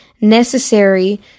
necessary